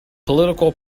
political